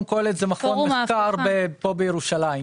זה מכון מחקר פה בירושלים.